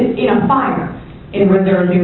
fire in reserve, new